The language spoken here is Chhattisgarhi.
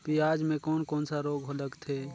पियाज मे कोन कोन सा रोग लगथे?